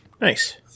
Nice